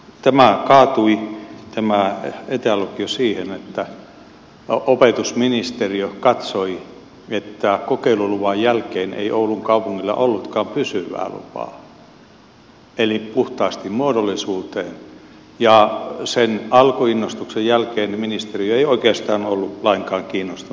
tämä etälukio kaatui siihen että opetusministeriö katsoi että kokeiluluvan jälkeen ei oulun kaupungilla ollutkaan pysyvää lupaa eli puhtaasti muodollisuuteen ja sen alkuinnostuksen jälkeen ministeriö ei oikeastaan ollut lainkaan kiinnostunut oppimistuloksista